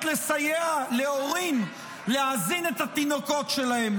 לסייע להורים להזין את התינוקות שלהם.